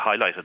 highlighted